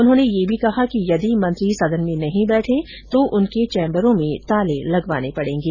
उन्होनें यह भी कहा कि यदि मंत्री सदन में नहीं बैठे तो उनकें चैंबरो में ताले लगवाने पडेंगे